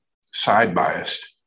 side-biased